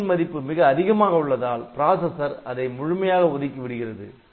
'n' ன் மதிப்பு மிக அதிகமாக உள்ளதால் பிராசஸர் அதை முழுமையாக ஒதுக்கி விடுகிறது